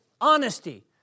Honesty